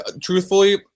truthfully